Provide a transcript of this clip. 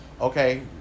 okay